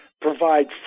provide